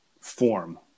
form